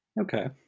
Okay